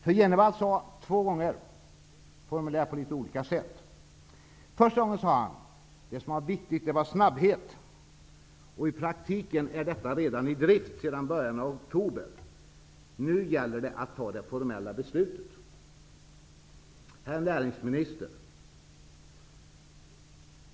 Bo Jenevall sade samma sak två gånger, formulerat på litet olika sätt. Först sade han att det som var viktigt var snabbhet och att detta i praktiken redan är i drift sedan början av oktober. Nu gäller det att ta det formella beslutet. Herr näringsminister!